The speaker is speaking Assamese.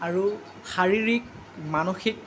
আৰু শাৰীৰিক মানসিক